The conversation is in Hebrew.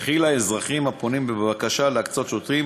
וכי לאזרחים הפונים בבקשה להקצות שוטרים